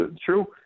true